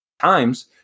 times